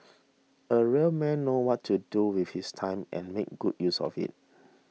a real man knows what to do with his time and makes good use of it